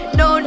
no